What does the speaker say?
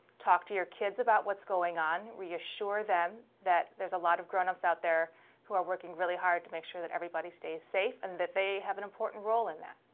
talk to your kids about what's going on. reassure them that there's a lot of grownups out there who are working really hard to make sure that everybody stays safe, and that they have an important role in that.